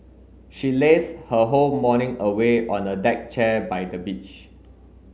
she lazed her whole morning away on a deck chair by the beach